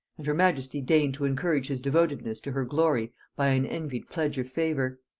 and her majesty deigned to encourage his devotedness to her glory by an envied pledge of favor.